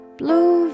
blue